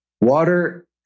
water